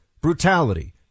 brutality